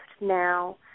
now